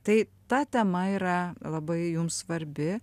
tai ta tema yra labai jums svarbi